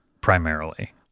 primarily